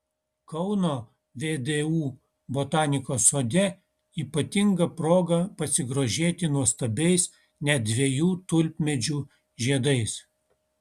kauno vdu botanikos sode ypatinga proga pasigrožėti nuostabiais net dviejų tulpmedžių žiedais